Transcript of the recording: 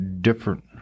different